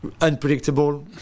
unpredictable